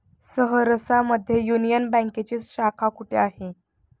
सहरसा मध्ये युनियन बँकेची शाखा कुठे आहे?